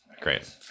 Great